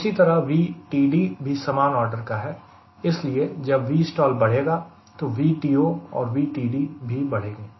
उसी तरह VTD भी समान आर्डर का है इसलिए जब Vstall बढ़ेगा तो VTO और VTD भी बढ़ेंगे